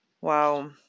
wow